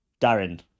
Darren